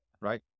right